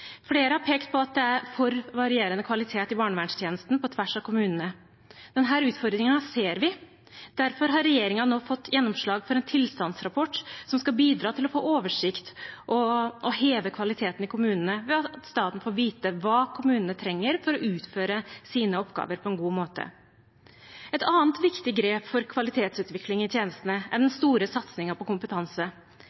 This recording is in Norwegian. Flere har pekt på at det er for varierende kvalitet i barnevernstjenesten på tvers av kommunene. Denne utfordringen ser vi, derfor har regjeringen nå fått gjennomslag for en tilstandsrapport som skal bidra til å få oversikt og heve kvaliteten i kommunene ved at staten får vite hva kommunene trenger for å utføre sine oppgaver på en god måte. Et annet viktig grep for kvalitetsutvikling i tjenestene er den